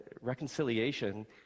reconciliation